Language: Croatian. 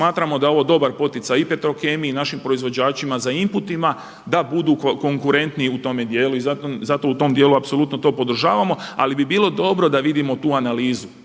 smatramo da je ovo dobar poticaj i Petrokemiji i našim proizvođačima za inputima da budu konkurentniji u tome djelu. I zato u tom djelu apsolutno to podržavamo ali bi bilo dobro da vidimo tu analizu,